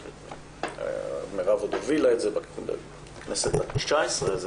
מרב הובילה את זה עוד בכנסת ה-19.